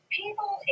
people